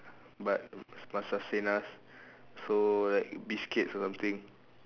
but must sustain us so like biscuits or something